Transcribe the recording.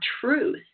truth